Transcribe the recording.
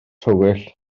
tywyll